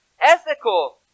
ethical